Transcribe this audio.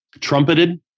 trumpeted